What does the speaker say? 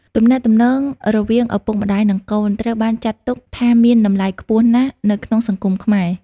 ទំនាក់ទំនងរវាងឪពុកម្តាយ និងកូន ត្រូវបានចាត់ទុកថាមានតម្លៃខ្ពស់ណាស់នៅក្នុងសង្គមខ្មែរ។